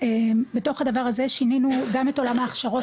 ובתוך הדבר הזה שיננו גם את עולם ההכשרות